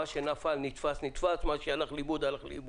מה שנתפס נתפס ומה שהלך לאיבוד הלך לאיבוד.